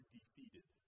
defeated